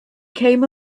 came